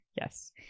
Yes